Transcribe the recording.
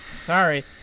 Sorry